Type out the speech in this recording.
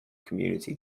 community